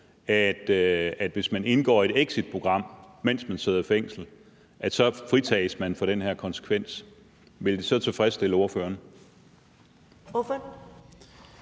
man, hvis man indgår i et exitprogram, mens man sidder i fængsel, fritages for den her konsekvens, så ville tilfredsstille ordføreren.